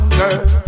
girl